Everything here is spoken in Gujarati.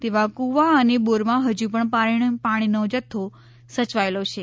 તેવા કુવા અને બોરમાં હજુ પણ પાણીનો જથ્થો સચવાયેલો છે